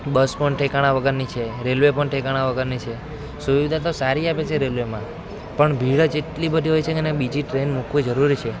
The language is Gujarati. બસ પણ ઠેકાણા વગરની છે રેલવે પણ ઠેકાણા વગરની છે સુવિધા તો સારી આપે છે રેલવેમાં પણ ભીડ જ એટલી બધી હોય છે ને બીજી ટ્રેન મૂકવી જરૂરી છે